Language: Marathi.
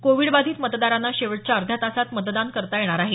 कोविड बाधित मतदारांना शेवटच्या अर्ध्या तासात मतदान करता येणार आहे